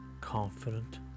confident